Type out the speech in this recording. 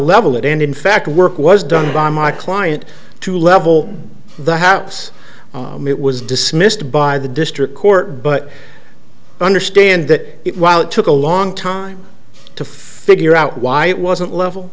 level it and in fact work was done by my client to level the house it was dismissed by the district court but i understand that it while it took a long time to figure out why it wasn't level